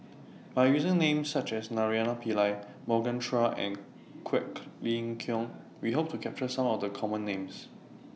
By using Names such as Naraina Pillai Morgan Chua and Quek Ling Kiong We Hope to capture Some of The Common Names